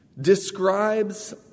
describes